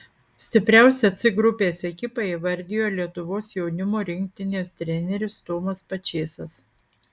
stipriausią c grupės ekipą įvardijo lietuvos jaunimo rinktinės treneris tomas pačėsas